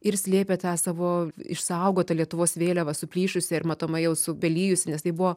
ir slėpė tą savo išsaugotą lietuvos vėliavą suplyšusią ir matomai jau subelijusį nes tai buvo